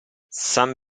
san